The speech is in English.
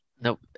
Nope